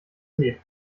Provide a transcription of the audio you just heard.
sie